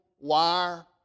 wire